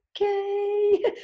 okay